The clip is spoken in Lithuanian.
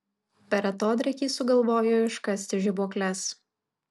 per atodrėkį sugalvojo iškasti žibuokles